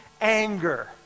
anger